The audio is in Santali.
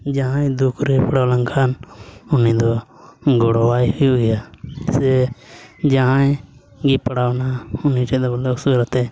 ᱡᱟᱦᱟᱸᱭ ᱫᱩᱠᱨᱮᱭ ᱯᱟᱲᱟᱣ ᱞᱮᱱᱠᱷᱟᱱ ᱩᱱᱤ ᱫᱚ ᱜᱚᱲᱚᱣᱟᱭ ᱦᱩᱭᱩᱜ ᱜᱮᱭᱟ ᱥᱮ ᱡᱟᱦᱟᱸᱭ ᱜᱮ ᱯᱟᱲᱟᱣᱮᱱᱟ ᱩᱱᱤ ᱴᱷᱮᱱ ᱫᱚ ᱵᱚᱞᱮ ᱩᱥᱟᱹᱨᱟᱛᱮ